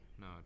No